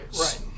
Right